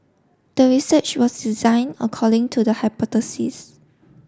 the research was design according to the hypothesis